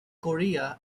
korea